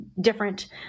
different